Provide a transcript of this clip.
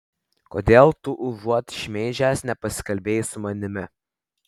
kodėl tu užuot šmeižęs nepasikalbėjai su manimi